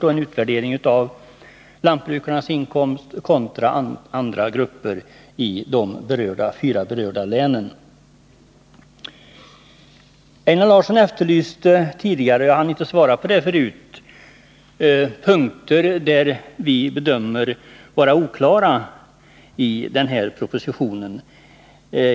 Man har jämfört lantbrukarnas inkomster med inkomsterna för andra grupper i de fyra berörda länen. Jag hann inte svara på Einar Larssons frågor om vilka punkter som vi bedömer vara oklara i propositionen.